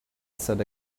said